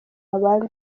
abandi